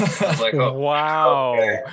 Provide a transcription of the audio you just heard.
Wow